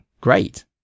great